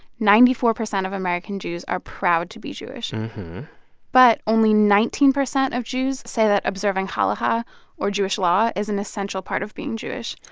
ninety four percent of american jews are proud to be jewish uh-huh but only nineteen percent of jews say that observing halakha or jewish law is an essential part of being jewish.